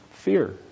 Fear